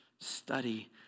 study